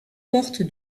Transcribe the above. portes